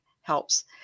helps